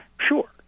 sure